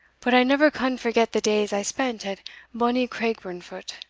but i never can forget the days i spent at bonny craigburnfoot!